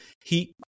He-